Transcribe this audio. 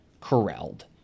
corralled